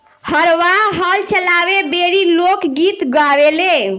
हरवाह हल चलावे बेरी लोक गीत गावेले